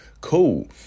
Cool